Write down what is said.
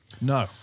No